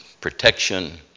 protection